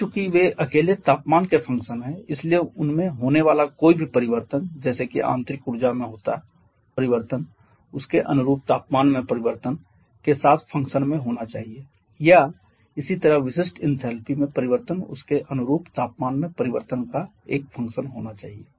अब चूंकि वे अकेले तापमान के फंक्शन हैं इसलिए उनमें होनेवाला कोई भी परिवर्तन जैसे की आंतरिक ऊर्जा में होता परिवर्तन उसके अनुरूप तापमान में परिवर्तन के साथ फंक्शन में होना चाहिए या इसी तरह विशिष्ट इनथैलपी में परिवर्तन उसके अनुरूप तापमान में परिवर्तन का एक फंक्शन होना चाहिए